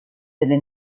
delle